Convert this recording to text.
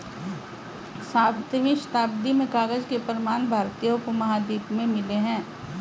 सातवीं शताब्दी में कागज के प्रमाण भारतीय उपमहाद्वीप में मिले हैं